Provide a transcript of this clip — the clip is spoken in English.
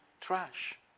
trash